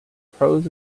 pros